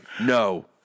No